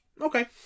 Okay